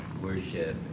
Worship